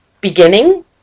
beginning